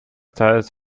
teils